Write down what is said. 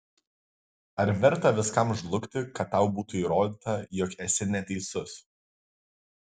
ar verta viskam žlugti kad tau būtų įrodyta jog esi neteisus